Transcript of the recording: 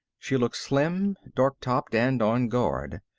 she looked slim, dark topped, and on guard.